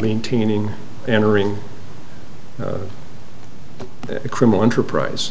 maintaining entering criminal enterprise